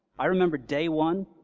i remember day one,